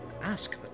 ask